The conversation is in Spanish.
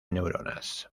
neuronas